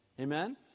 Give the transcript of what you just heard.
Amen